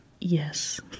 Yes